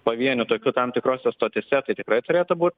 pavienių tokių tam tikrose stotyse tai tikrai turėtų būt